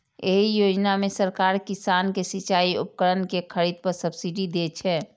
एहि योजना मे सरकार किसान कें सिचाइ उपकरण के खरीद पर सब्सिडी दै छै